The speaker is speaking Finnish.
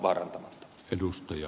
arvoisa puhemies